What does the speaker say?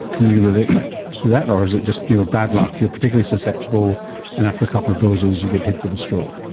can you relate to that or is it just bad luck, you're particularly susceptible and after a couple of doses you get hit with a stroke?